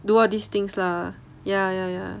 do all these things lah ya ya ya